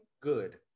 good